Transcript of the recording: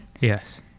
Yes